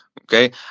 Okay